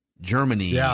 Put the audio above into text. Germany